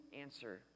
answer